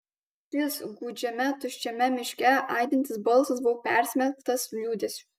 šis gūdžiame tuščiame miške aidintis balsas buvo persmelktas liūdesio